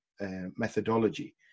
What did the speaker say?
methodology